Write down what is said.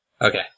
Okay